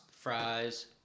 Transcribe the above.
fries